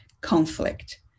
conflict